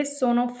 sono